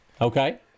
Okay